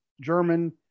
German